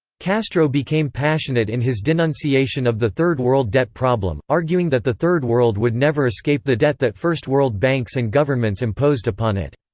castro became passionate in his denunciation of the third world debt problem, arguing that the third world would never escape the debt that first world banks and governments imposed upon it.